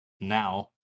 now